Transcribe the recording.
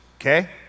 Okay